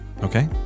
okay